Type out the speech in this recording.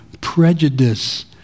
prejudice